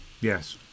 Yes